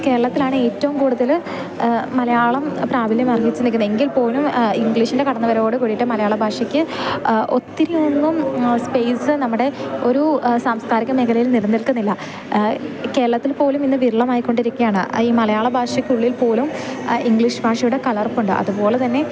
കേരളത്തിലാണ് ഏറ്റവും കൂടുതൽ മലയാളം പ്രാബല്യം അർഹിച്ചു നിൽക്കുന്നത് എങ്കിൽ പോലും ഇംഗ്ലീഷിൻ്റെ കടന്നുവരവോടു കൂടിയിട്ട് മലയാള ഭാഷയ്ക്ക് ഒത്തിരിയൊന്നും സ്പേസ് നമ്മുടെ ഒരു സാംസ്കാരിക മേഖലയിൽ നിലനിൽക്കുന്നില്ല കേരളത്തിൽ പോലും ഇന്ന് വിരളമായി കൊണ്ടിരിക്കുകയാണ് ഈ മലയാള ഭാഷയ്ക്കുള്ളിൽ പോലും ഇംഗ്ലീഷ് ഭാഷയുടെ കലർപ്പുണ്ട് അതുപോലെ തന്നെ